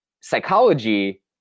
psychology